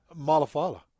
Malafala